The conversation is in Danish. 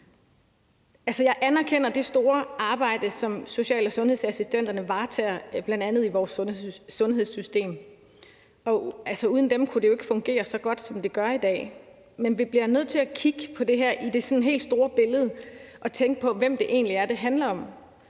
jeg anerkender det store arbejde, som social- og sundhedsassistenterne varetager, bl.a. i vores sundhedssystem; uden dem kunne det jo ikke fungere så godt, som det gør i dag. Men vi bliver nødt til at kigge på det her i det helt store billede og tænke på, hvem det egentlig er, det handler om.